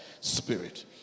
Spirit